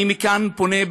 אני מכאן פונה,